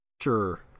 Sure